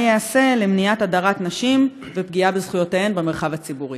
מה ייעשה למניעת הדרת נשים ופגיעה בזכויותיהן במרחב הציבורי?